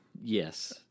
Yes